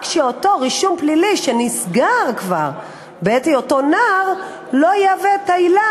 רק שאותו רישום פלילי שנסגר כבר בעת היותו נער לא יהווה את העילה,